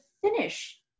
finish